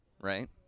right